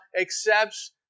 accepts